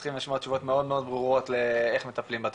צריכים לשמוע תשובות מאוד ברורות לאיך מטפלים בתופעה,